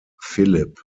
philipp